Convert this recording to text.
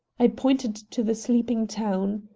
i pointed to the sleeping town.